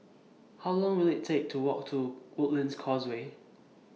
How Long Will IT Take to Walk to Woodlands Causeway